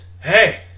hey